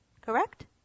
Correct